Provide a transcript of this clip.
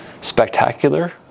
spectacular